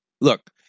look